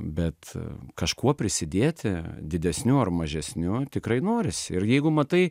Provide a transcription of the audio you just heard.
bet kažkuo prisidėti didesniu ar mažesniu tikrai norisi ir jeigu matai